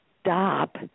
stop